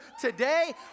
today